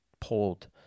pulled